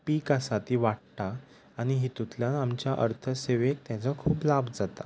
पीक आसा ती वाडटा आनी हितुतल्यान आमच्या अर्थसेवेक ताजो खूब लाभ जाता